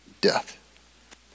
death